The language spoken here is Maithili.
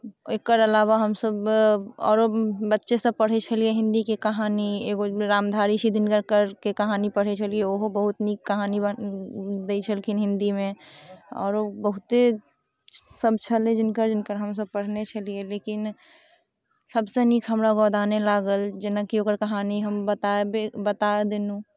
एकर अलावा हमसभ आओरो बच्चेसँ पढ़ैत छलियै हिंदीके कहानी एगो रामधारी सिंह दिनकरके कहानी पढ़ै छलियै ओहो बहुत नीक कहानी बन दै छलखिन हिंदीमे आओरो बहुते सभ छलै जिनकर जिनकर हमसभ पढ़ने छलियै लेकिन सभसँ नीक हमरा गोदाने लागल जेनाकि ओकर कहानी हम बताबै बता देलहुँ